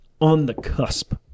on-the-cusp